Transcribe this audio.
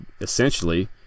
essentially